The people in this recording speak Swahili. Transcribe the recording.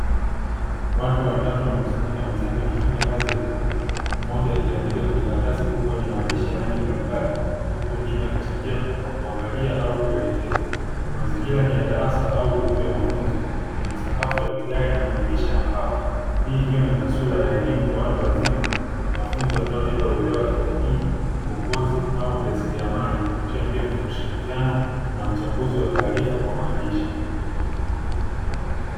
Watu watatu wamekusanyika mezani wakifanya kazi ya kikundi mmoja akiandika kwenye karatasi kubwa yenye maandishi ya rangi mbalimbali, huku wengine wakichangia kwa kuangalia au kuelekea mazingira ni ya darasa au ukumbi wa mafunzo kwenye sakafu ya vigae na madirisha ya mbao, hii ikiwa ni taswira ya elimu kwa watu wazima na mafunzo yanayolenga uelewa wa kijamii uongozi au ujasiriamali kupitia uchambuzi wa taarifa kwa maandishi.